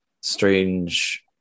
strange